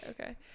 Okay